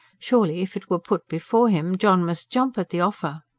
surely, if it were put before him, john must jump at the offer!